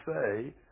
say